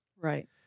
Right